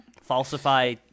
Falsify